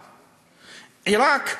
עיראק,